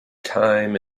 time